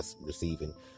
receiving